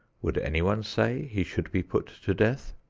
would anyone say he should be put to death?